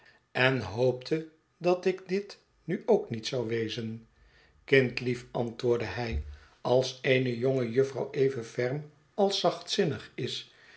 en hoopte dat ik dit nu ook niet zou wezen kindlief antwoordde hij als eene jonge jufvrouw even ferm als zachtzinnig is